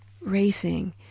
racing